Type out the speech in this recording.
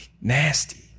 nasty